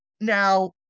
Now